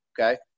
Okay